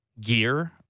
gear